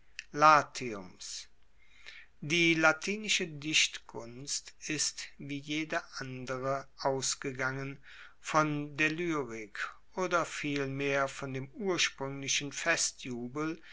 latiums die latinische dichtkunst ist wie jede andere ausgegangen von der lyrik oder vielmehr von dem urspruenglichen festjubel